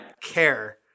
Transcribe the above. care